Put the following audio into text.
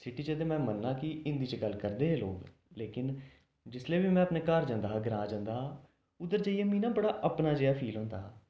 city च ते में मन्नना कि हिंदी च गल्ल करदे हे लोग लेकिन जिसलै बी में अपने घर जंदा हा ग्रां जंदा हा उद्धर जाइये मिगी न बड़ा अपना जेहा फील होंदा हा